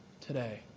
today